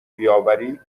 بیاوری